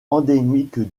endémique